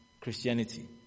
Christianity